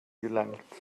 gelangt